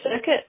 circuit